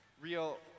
real